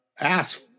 ass